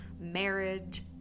marriage